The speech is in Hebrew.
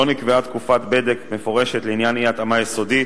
לא נקבעה תקופת בדק מפורשת לעניין אי-התאמה יסודית,